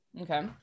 okay